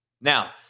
Now